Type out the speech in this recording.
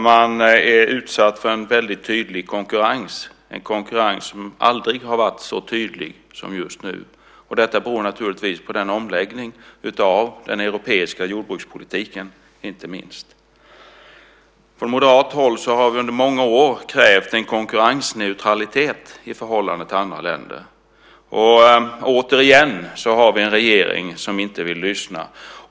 Man är utsatt för en väldigt tydlig konkurrens, en konkurrens som aldrig har varit så tydlig som just nu. Detta beror naturligtvis inte minst på omläggningen av den europeiska jordbrukspolitiken. Från moderat håll har vi under många år krävt en konkurrensneutralitet i förhållande till andra länder. Återigen har vi en regering som inte vill lyssna.